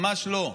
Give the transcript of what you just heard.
ממש לא.